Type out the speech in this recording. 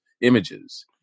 images